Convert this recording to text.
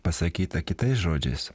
pasakyta kitais žodžiais